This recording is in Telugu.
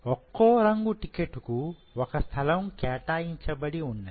ఒక్కో రంగు టికెట్ కు ఒక స్థలం కేటాయించబడి ఉన్నది